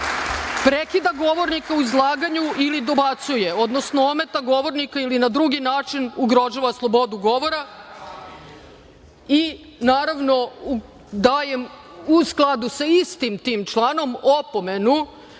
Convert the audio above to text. prekida govornika u izlaganju ili dobacuje, odnosno ometa govornika ili na drugi način ugrožava slobodu govora. Dajem u skladu sa istim tim članom opomenu